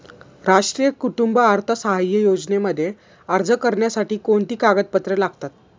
राष्ट्रीय कुटुंब अर्थसहाय्य योजनेमध्ये अर्ज करण्यासाठी कोणती कागदपत्रे लागतात?